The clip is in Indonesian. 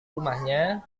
rumahnya